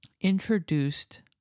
introduced